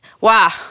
Wow